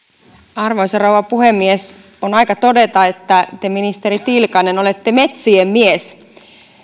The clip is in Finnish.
arvoisa rouva puhemies on aika todeta että te ministeri tiilikainen olette metsien mies